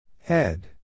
Head